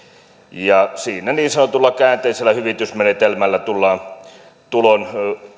ja siinä niin sanotulla käänteisellä hyvitysmenetelmällä tullaan tulon